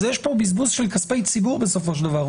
אז יש פה בזבוז של כספי ציבור בסופו של דבר.